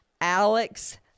Alex